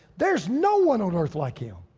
there's no one on earth like him.